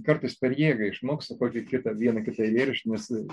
kartais per jėgą išmokstu kokį kitą vieną kitą eilėraštį nes